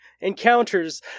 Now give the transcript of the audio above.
encounters